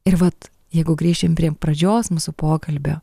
ir vat jeigu grįšim prie pradžios mūsų pokalbio